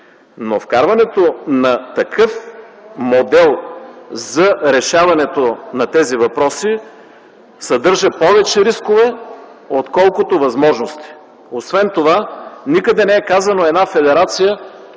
Вкарването на такъв модел за решаването на тези въпроси съдържа повече рискове отколкото възможности. Освен това, никъде не е казано една федерация